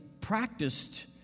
practiced